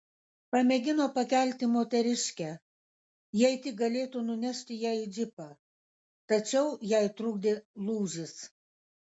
pamėgino pakelti moteriškę jei tik galėtų nunešti ją į džipą tačiau jai trukdė lūžis